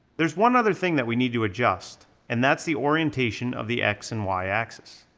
there's one other thing that we need to adjust, and that's the orientation of the x and y axis.